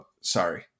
Sorry